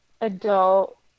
adult